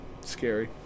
scary